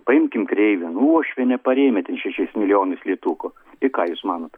paimkim kreivį nu uošvienė parėmė ten šešiais milijonus litukų i ką jūs manot